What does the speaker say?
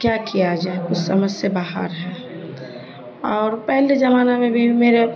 کیا کیا جائے کچھ سمجھ سے باہر ہے اور پہلے زمانہ میں بھی میرے